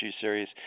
series